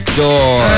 door